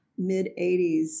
mid-80s